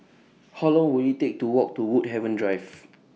How Long Will IT Take to Walk to Woodhaven Drive